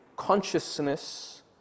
Consciousness